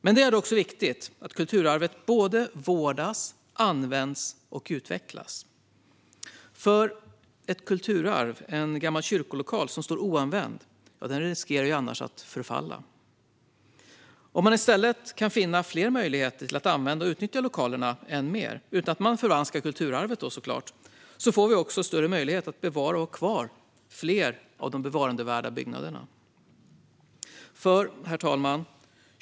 Men det är också viktigt att kulturarvet vårdas, används och utvecklas. Ett kulturarv i form av en gammal kyrkolokal som står oanvänd riskerar annars att förfalla. Om man i stället kan finna fler möjligheter att använda och utnyttja lokalerna, självklart utan att förvanska kulturarvet, får vi också större möjlighet att bevara och ha kvar fler av de bevarandevärda byggnaderna. Herr talman!